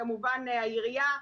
כמובן העירייה,